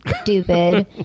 stupid